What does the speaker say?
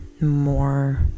more